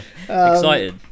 excited